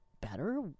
better